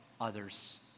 others